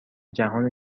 جهان